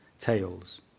tales